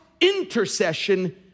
intercession